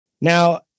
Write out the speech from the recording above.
Now